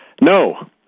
No